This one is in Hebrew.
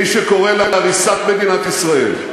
מי שקורא להריסת מדינת ישראל,